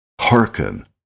hearken